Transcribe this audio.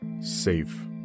Safe